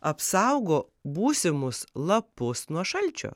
apsaugo būsimus lapus nuo šalčio